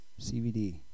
CVD